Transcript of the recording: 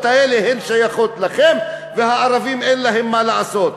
האלה שייכות לכם ולערבים אין מה לעשות?